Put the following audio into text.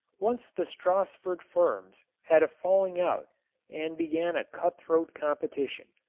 once the stassfurt firms had a falling out and began a cutthroat competition.